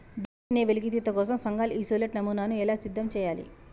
DNA వెలికితీత కోసం fungal isolate నమూనాను ఎలా సిద్ధం చెయ్యాలి?